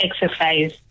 exercise